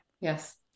Yes